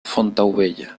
fontaubella